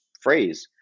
phrase